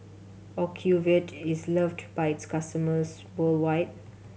ocuvite is loved by its customers worldwide